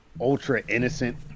ultra-innocent